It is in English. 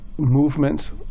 movements